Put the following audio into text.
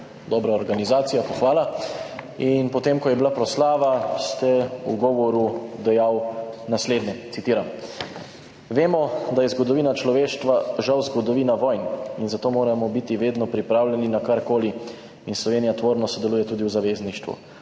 Dobra organizacija, pohvala. In potem, ko je bila proslava, ste v govoru dejali naslednje, citiram: »Vemo, da je zgodovina človeštva žal zgodovina vojn in zato moramo biti vedno pripravljeni na karkoli. In Slovenija tvorno sodeluje tudi v zavezništvu,